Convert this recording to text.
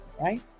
right